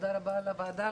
תודה רבה ליו"ר הוועדה.